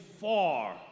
far